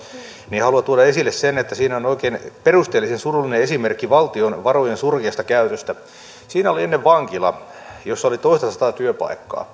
niin haluan tuoda esille sen että siinä on oikein perusteellisen surullinen esimerkki valtion varojen surkeasta käytöstä siinä oli ennen vankila jossa oli toistasataa työpaikkaa